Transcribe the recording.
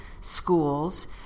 schools